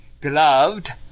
beloved